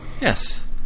Yes